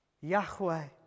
Yahweh